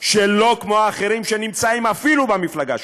שלא כמו האחרים, שנמצאים אפילו במפלגה שלך,